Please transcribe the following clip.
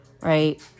right